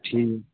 ٹھیٖک